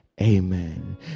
Amen